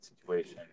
situation